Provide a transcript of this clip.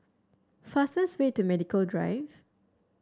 fastest way to Medical Drive